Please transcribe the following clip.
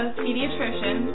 pediatrician